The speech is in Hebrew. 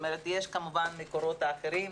יש כמובן מקורות אחרים,